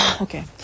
Okay